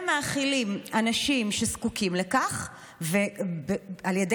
גם מאכילים אנשים שזקוקים לכך ועל ידי